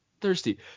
thirsty